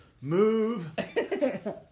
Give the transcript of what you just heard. Move